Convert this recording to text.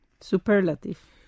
Superlative